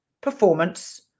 performance